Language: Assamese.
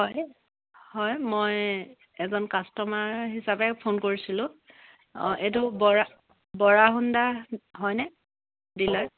হয় হয় মই এজন কাষ্টমাৰ হিচাপে ফোন কৰিছিলোঁ অঁ এইটো বৰা বৰা হোণ্ডা হয়নে ডিলাৰ